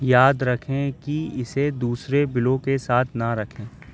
یاد رکھیں کہ اسے دوسرے بلوں کے ساتھ نہ رکھیں